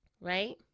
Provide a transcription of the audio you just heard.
right